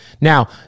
Now